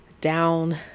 down